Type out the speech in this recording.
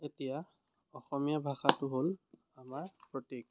এতিয়া অসমীয়া ভাষাটো হ'ল আমাৰ প্ৰতীক